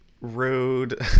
rude